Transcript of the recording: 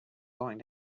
going